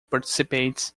participates